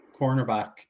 cornerback